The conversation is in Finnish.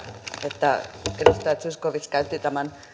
että edustaja zyskowicz käytti tämän